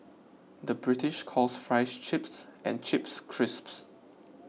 the British calls Fries Chips and Chips Crisps